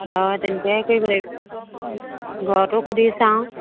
ঘৰ তেনেকুৱাই কৰিব লাগিব ঘৰতো সুধি চাওঁ